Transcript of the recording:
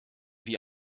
wie